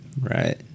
Right